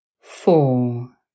Four